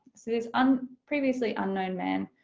so this unknown, previously unknown man